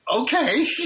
okay